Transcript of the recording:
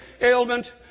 ailment